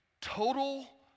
total